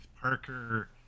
Parker